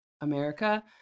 America